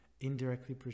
indirectly